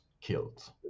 killed